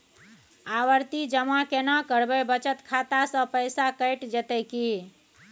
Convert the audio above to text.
आवर्ति जमा केना करबे बचत खाता से पैसा कैट जेतै की?